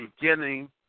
beginning